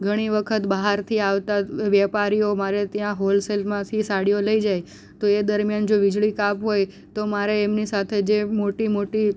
ઘણી વખત બહારથી આવતા વેપારીઓ મારે ત્યાં હોલસેલમાંથી સાડીઓ લઈ જાય તો એ દરમ્યાન જો વીજળી કાપ હોય તો એમની સાથે જે મોટી મોટી